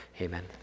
Amen